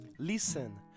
Listen